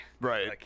Right